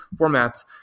formats